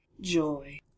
joy